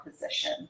position